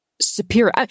superior